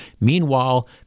Meanwhile